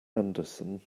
anderson